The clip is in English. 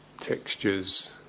textures